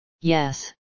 Yes